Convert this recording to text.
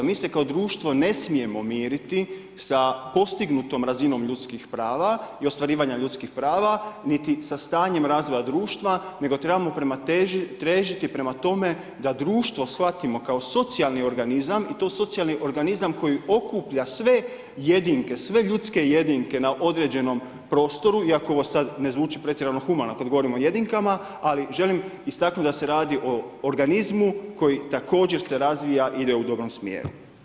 Mi se kao društvo ne smijemo miriti sa postignutom razinom ljudskih prava i ostvarivanja ljudskih prava, niti sa stanjem razvoja društva, nego trebamo težiti prema tome, da društvo shvatimo kao socijalni organizam i to socijalni organizam koji okuplja sve jedinke, sve ljudske jedinke na određenom prostoru, iako ovo sad ne zvuči pretjerano humano kad govorim o jedinkama, ali želim istaknut da se radi o organizmu koji također se razvija i ide u dobrom smjeru.